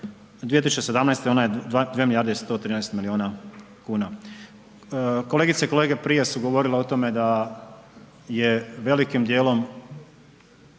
2 milijarde i 113 milijuna kuna. Kolegice i kolege prije su govorile o tome da je velikim dijelom,